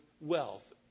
wealth